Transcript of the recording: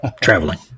traveling